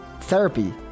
therapy